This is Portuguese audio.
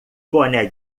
boné